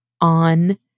on